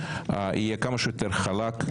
יהיה כמה שיותר חלק,